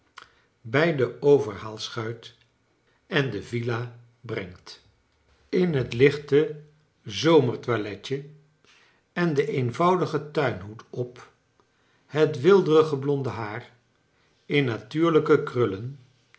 bij de overhaalschuit en de villa brengt in het lichte zomertoiletje en den eenvoudigen tuinhoed op het weelderige blonde haar in natuurlijke krullen